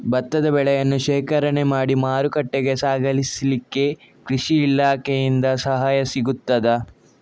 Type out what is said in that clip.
ಭತ್ತದ ಬೆಳೆಯನ್ನು ಶೇಖರಣೆ ಮಾಡಿ ಮಾರುಕಟ್ಟೆಗೆ ಸಾಗಿಸಲಿಕ್ಕೆ ಕೃಷಿ ಇಲಾಖೆಯಿಂದ ಸಹಾಯ ಸಿಗುತ್ತದಾ?